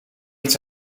iets